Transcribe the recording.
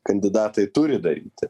kandidatai turi daryti